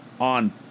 on